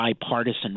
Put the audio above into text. bipartisan